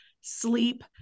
sleep